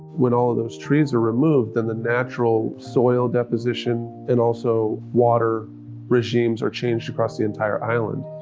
when all those trees are removed, then the natural soil deposition and also water regimes are changed across the entire island.